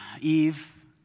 Eve